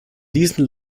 diesen